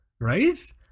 right